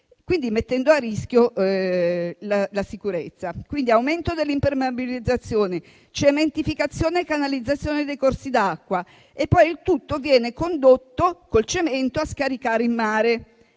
mettendo a rischio la sicurezza. Assistiamo quindi all'aumento delle impermeabilizzazioni e alla cementificazione e canalizzazione dei corsi d'acqua e, poi, il tutto viene condotto, con il cemento, a scaricare in mare.